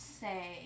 say